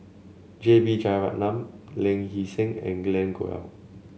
J B Jeyaretnam Ling Hee Seng and Glen Goei